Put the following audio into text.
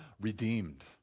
redeemed